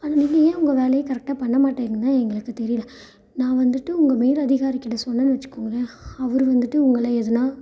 ஆனால் நீங்கள் ஏன் உங்கள் வேலையை கரெக்டாக பண்ண மாட்டேங்குறீங்கன்னு தான் எங்களுக்கு தெரியலை நான் வந்துவிட்டு உங்கள் மேல் அதிகாரிக்கிட்டே சொன்னேன்னு வெச்சுக்கோங்களேன் அவர் வந்துவிட்டு உங்களை எதுனா